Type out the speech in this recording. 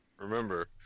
remember